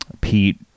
Pete